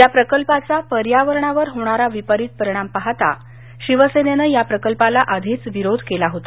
या प्रकल्पाचा पर्यावरणावर होणारा विपरीत परिणाम पाहता शिवसेनेनं या प्रकल्पाला विरोध केला होता